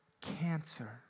cancer